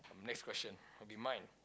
next question will be mine